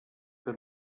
que